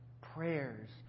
prayers